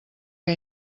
què